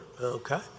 okay